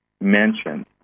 mentioned